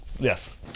Yes